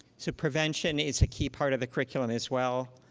so prevention is a key part of the curriculum as well.